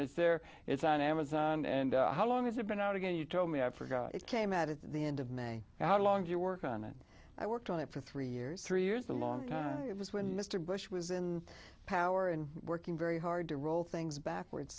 it's there it's on amazon and how long has it been out again you told me i forgot it came out at the end of may how long do you work on it i worked on it for three years three years a long time it was when mr bush was in power and working very hard to roll things backwards